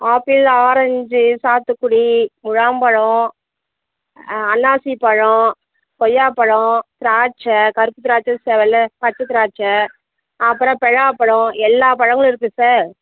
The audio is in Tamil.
ஆப்பிள் ஆரஞ்சி சாத்துக்குடி முழாம்பழம் அன்னாசி பழம் கொய்யாப்பழம் திராட்சை கருப்பு திராட்சை வெள்ளை பச்சை திராட்சை அப்புறம் பெலாப்பழம் எல்லா பழங்களும் இருக்குது சார்